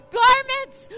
garments